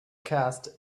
cast